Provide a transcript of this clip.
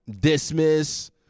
dismiss